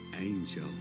angel